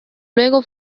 luego